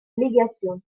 légation